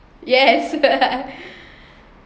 yes